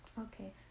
Okay